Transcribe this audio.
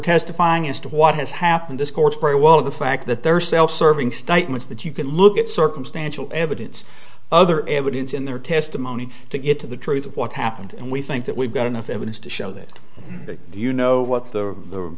testifying as to what has happened this course very well the fact that there are self serving statements that you can look at circumstantial evidence other evidence in their testimony to get to the truth of what happened and we think that we've got enough evidence to show that you know what the